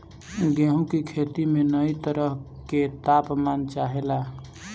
गेहू की खेती में कयी तरह के ताप मान चाहे ला